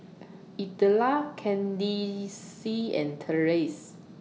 Idella Candyce and Terence